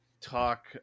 talk